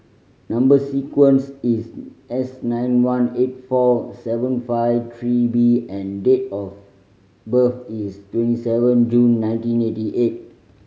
number sequence is S nine one eight four seven five three B and date of birth is twenty seven June nineteen eighty eight